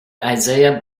isaiah